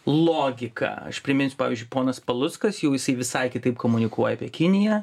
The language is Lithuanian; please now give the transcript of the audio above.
logika aš priminsiu pavyzdžiui ponas paluckas jau jisai visai kitaip komunikuoja apie kiniją